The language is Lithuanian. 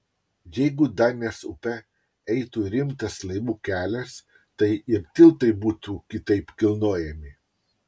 jeigu danės upe eitų rimtas laivų kelias tai ir tiltai būtų kitaip kilnojami